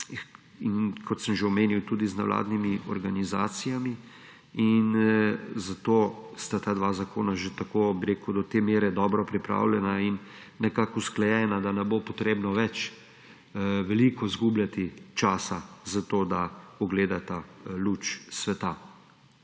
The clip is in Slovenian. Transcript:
kot sem že omenil, tudi z nevladnimi organizacijami, zato sta ta dva zakona že tako do te mere dobro pripravljena in nekako usklajena, da ne bo potrebno več veliko izgubljati časa za to, da ugledata luč sveta.